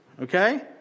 okay